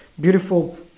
Beautiful